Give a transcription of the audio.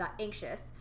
anxious